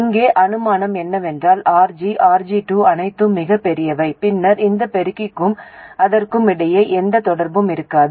இங்கே அனுமானம் என்னவென்றால் RG RG2 அனைத்தும் மிகப் பெரியவை பின்னர் இந்த பெருக்கிக்கும் அதற்கும் இடையே எந்த தொடர்பும் இருக்காது